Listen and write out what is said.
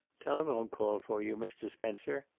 telephone call for you, mr. spencer.